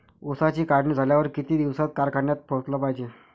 ऊसाची काढणी झाल्यावर किती दिवसात कारखान्यात पोहोचला पायजे?